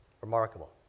Remarkable